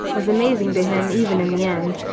was amazing to him even in the end.